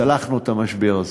צלחנו את המשבר הזה,